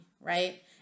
right